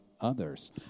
Others